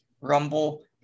Rumble